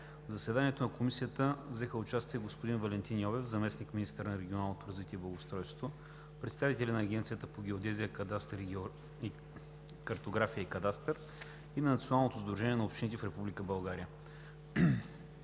В заседанието на Комисията взеха участие господин Валентин Йовев – заместник министър на регионалното развитие и благоустройството, представители на Агенцията по геодезия, картография и кадастър и на Националното сдружение на общините в Република